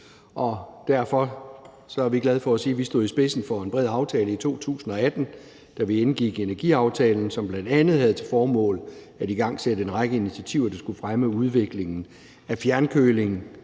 Derfor er vi glade for at sige, at vi stod i spidsen for en bred aftale i 2018, da vi indgik energiaftalen, som bl.a. havde til formål at igangsætte en række initiativer, der skulle fremme udviklingen af fjernkølingssektoren,